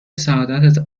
سعادت